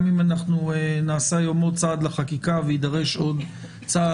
גם אם נעשה היום עוד צעד לחקיקה ויידרש עוד צעד,